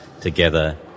together